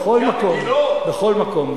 בכל מקום.